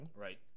Right